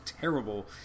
terrible